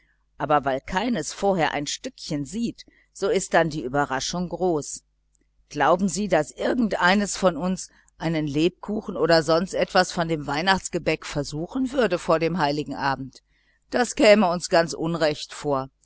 sieben aber weil keines vorher ein stückchen sieht so ist dann die überraschung doch groß glauben sie daß irgend eines von uns einen lebkuchen oder sonst etwas von dem weihnachtsgebäck versuchen würde vor dem heiligen abend das käme uns ganz unrecht vor